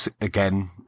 again